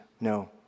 no